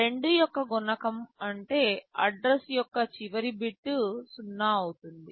2 యొక్క గుణకం అంటే అడ్రస్ యొక్క చివరి బిట్ 0 అవుతుంది